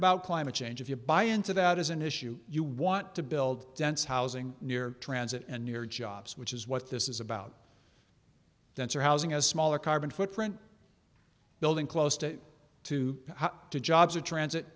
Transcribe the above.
about climate change if you buy into that as an issue you want to build dense housing near transit and near jobs which is what this is about that's a housing a smaller carbon footprint building close to two to jobs or transit